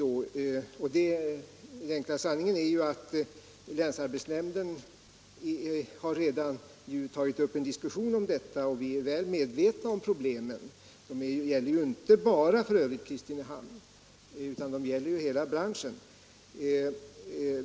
Den enkla sanningen är att länsarbetsnämnden redan har tagit upp en diskussion om dessa problem. Vi är väl medvetna om dem. Det gäller f.ö. inte bara Kristinehamn utan hela branschen.